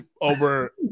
over